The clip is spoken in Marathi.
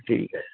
ठीक आहे